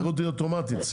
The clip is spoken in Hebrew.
זאת אוטומטית.